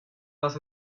las